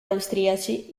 austriaci